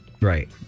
Right